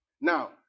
Now